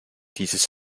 dieses